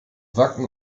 wacken